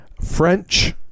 French